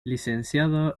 licenciado